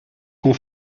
qu’on